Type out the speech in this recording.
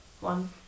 one